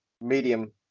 medium